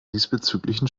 diesbezüglichen